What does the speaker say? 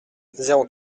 zéro